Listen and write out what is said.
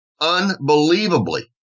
unbelievably